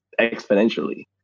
exponentially